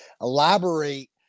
elaborate